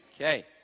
Okay